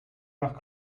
nach